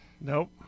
Nope